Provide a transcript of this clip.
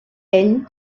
ell